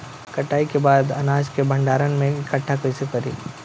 कटाई के बाद अनाज के भंडारण में इकठ्ठा कइसे करी?